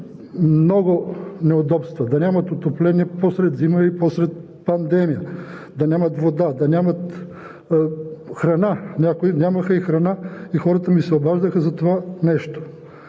много неудобства – да нямат отопление посред зима и посред пандемия, да нямат вода, да нямат храна – някои нямаха и храна. Хората ми се обаждаха за това.